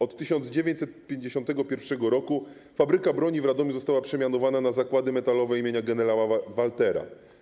Od 1951 r. fabryka broni w Radomiu została przemianowana na Zakłady Metalowe im. gen. Waltera.